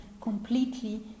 completely